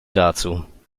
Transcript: dazu